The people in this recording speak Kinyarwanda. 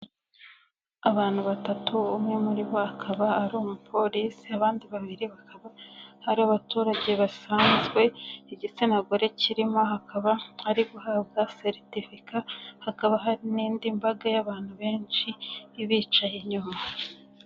Abantu batatu, umwe muri bo akaba ari umupolisi, abandi babiri bakaba ari abaturage basanzwe, igitsina gore kirimo aha akaba ari guhabwa seritifika, hakaba hari n'indi mbaga y'abantu benshi ibicaye inyuma.